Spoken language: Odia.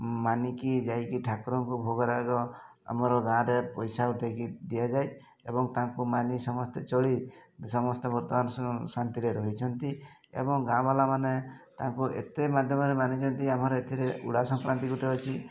ମାନିକି ଯାଇକି ଠାକୁରଙ୍କୁ ଭୋଗରାଗ ଆମର ଗାଁ'ରେ ପଇସା ଉଠେଇକି ଦିଆଯାଏ ଏବଂ ତାଙ୍କୁ ମାନି ସମସ୍ତେ ଚଳି ସମସ୍ତେ ବର୍ତ୍ତମାନ ଶାନ୍ତିରେ ରହିଛନ୍ତି ଏବଂ ଗାଁ ବାଲା ମାନେ ତାଙ୍କୁ ଏତେ ମାଧ୍ୟମରେ ମାନିଛନ୍ତି ଆମର ଏଥିରେ ଉଡ଼ା ସଂକ୍ରାନ୍ତି ଗୋଟେ ଅଛି